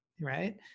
right